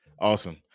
Awesome